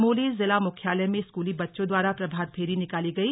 चमोली जिला मुख्यालय में स्कूली बच्चों द्वारा प्रभात फेरी निकाली गई